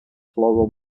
plural